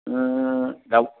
cup